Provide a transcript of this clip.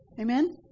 Amen